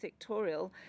...sectorial